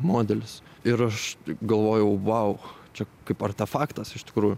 modelis ir aš galvojau vau čia kaip artefaktas iš tikrųjų